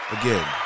again